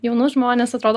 jaunus žmones atrodo